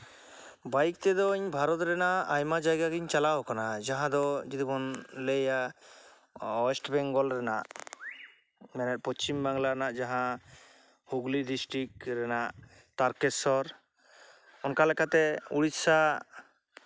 bike ᱛᱮᱫᱚᱧ ᱵᱷᱟᱨᱚᱛ ᱨᱮᱱᱟᱜ ᱟᱭᱢᱟ ᱡᱟᱭᱜᱟ ᱜᱤᱧ ᱪᱟᱞᱟᱣ ᱠᱟᱱᱟ ᱡᱟᱦᱟᱸ ᱫᱚ ᱡᱩᱫᱤ ᱵᱚᱱ ᱞᱟᱹᱭᱟ ᱳᱭᱮᱥᱴ ᱵᱮᱝᱜᱚᱞ ᱨᱮᱱᱟᱜ ᱢᱟᱱᱮ ᱯᱚᱪᱷᱤᱢ ᱵᱟᱝᱞᱟ ᱨᱮᱱᱟᱜ ᱡᱟᱦᱟᱸ ᱦᱩᱜᱽᱞᱤ ᱰᱤᱥᱴᱤᱠ ᱨᱮᱱᱟᱜ ᱛᱟᱨᱠᱮᱥᱥᱚᱨ ᱚᱱᱠᱟ ᱞᱮᱠᱟᱛᱮ ᱩᱲᱤᱥᱥᱟ